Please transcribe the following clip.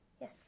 Yes